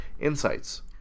insights